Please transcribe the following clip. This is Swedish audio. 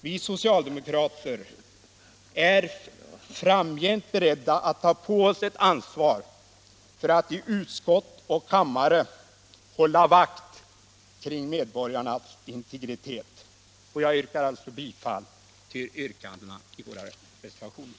Vi socialdemokrater är framgent beredda att ta på oss ett ansvar för att i utskott och kammare hålla vakt kring medborgarnas integritet. Jag yrkar alltså bifall till reservationen.